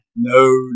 No